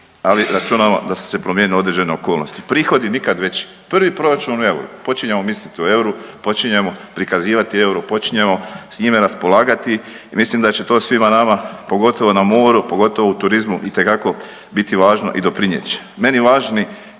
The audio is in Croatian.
ali računamo da su se promijenile određene okolnosti. Prihodi nikad veći, prvi proračun u euru, počinjemo misliti u euru, počinjemo prikazivati euro, počinjemo s njime raspolagati, mislim da će to svima nama, pogotovo na moru, pogotovo u turizmu itekako biti važno i doprinijet će. Meni važni